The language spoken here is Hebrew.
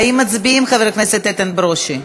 האם מצביעים, חבר הכנסת איתן ברושי?